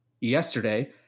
yesterday